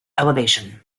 elevation